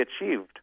achieved